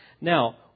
Now